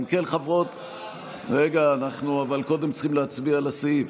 צריכים להצביע על הסעיף.